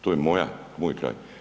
To je moja, moj kraj.